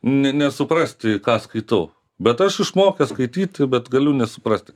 nesuprasti ką skaitau bet aš išmokęs skaityt bet galiu nesuprasti